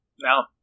Now